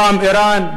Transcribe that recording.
פעם איראן,